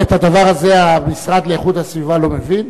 את הדבר הזה המשרד לאיכות הסביבה לא מבין?